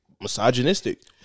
misogynistic